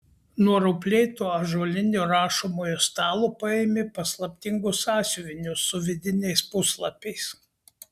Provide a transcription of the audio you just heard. nuo rauplėto ąžuolinio rašomojo stalo paėmė paslaptingus sąsiuvinius su vidiniais puslapiais